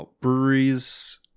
breweries